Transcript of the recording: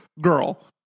girl